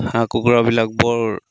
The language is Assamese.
হাঁহ কুকুৰাবিলাক বৰ